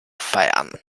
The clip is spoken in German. feiern